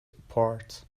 apart